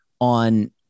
on